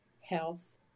health